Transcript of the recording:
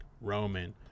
Roman